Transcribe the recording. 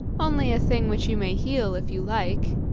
only a thing which you may heal if you like.